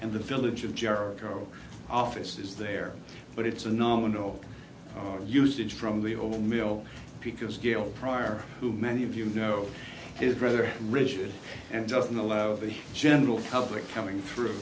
and the village of jericho office is there but it's a nominal usage from the old mill because gail prior who many of you know his brother richard and doesn't allow the general public coming through